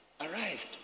Arrived